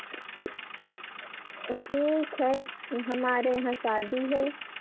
ठी ठीक है हमारे यहाँ शादी है